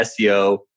SEO